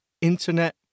internet